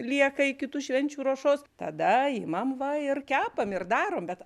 lieka iki tų švenčių ruošos tada imam va ir kepam ir darom bet